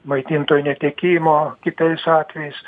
maitintojo netekimo kitais atvejais